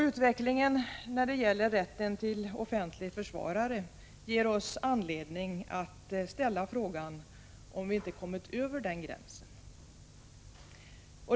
Utvecklingen när det gäller rätten till offentlig försvarare ger oss anledning att ställa frågan om vi inte har kommit över denna gräns.